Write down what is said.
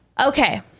Okay